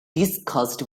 discussed